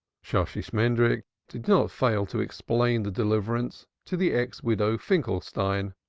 shosshi shmendrik did not fail to explain the deliverance to the ex-widow finkelstein,